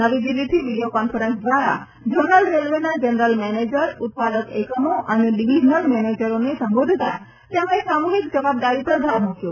નવી દિલ્હીથી video conference દ્વારા ઝોનલ રેલવેના જનરલ મેનેજર ઉત્પાદક એકમો અને ડિવિઝનલ મેનેજરોને સંબોધતાં તેમકો સામૂહિક જવાબદારી પર ભાર મૂક્યો